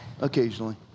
Occasionally